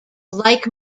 like